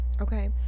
Okay